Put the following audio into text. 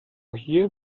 hier